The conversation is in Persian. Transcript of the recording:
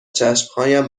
چشمهایم